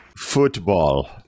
football